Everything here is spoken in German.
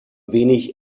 wenig